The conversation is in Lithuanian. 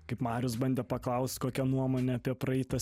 kaip marius bandė paklaust kokią nuomonę apie praeitą